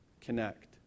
connect